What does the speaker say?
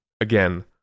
again